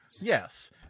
Yes